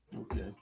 Okay